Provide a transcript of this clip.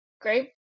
Great